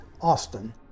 Austin